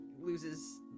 loses